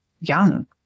young